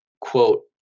quote